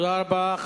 תודה רבה.